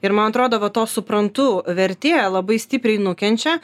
ir man atrodo va to suprantu vertė labai stipriai nukenčia